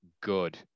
good